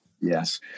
Yes